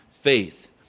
faith